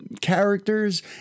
characters